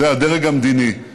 זה הדרג המדיני.